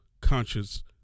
conscious